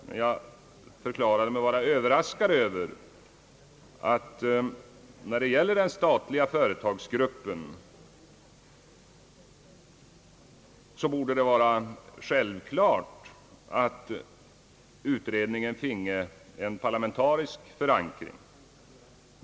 Men jag förklarade, att jag ansåg att det när det gäller den statliga företagsgruppen borde vara självklart att utredningen finge en parlamentarisk förankring.